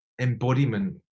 embodiment